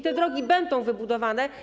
Te drogi będą wybudowane.